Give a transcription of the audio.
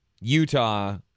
Utah